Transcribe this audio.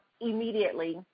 immediately